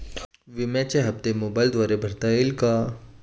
विम्याचे हप्ते मोबाइलद्वारे भरता येतील का?